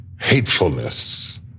hatefulness